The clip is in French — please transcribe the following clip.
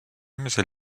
mais